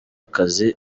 akazi